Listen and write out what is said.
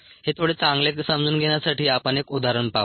हे थोडे चांगले समजून घेण्यासाठी आपण एक उदाहरण पाहू